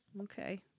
Okay